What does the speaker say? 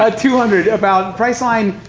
ah two hundred, about. priceline,